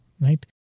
right